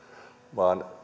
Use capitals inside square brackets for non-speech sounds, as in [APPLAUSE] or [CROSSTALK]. vaan [UNINTELLIGIBLE]